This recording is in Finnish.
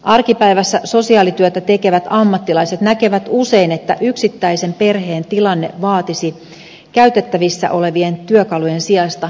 arkipäivässä sosiaalityötä tekevät ammattilaiset näkevät usein että yksittäisen perheen tilanne vaatisi käytettävissä olevien työkalujen sijasta jotain muuta